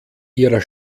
ihrer